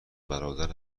برادر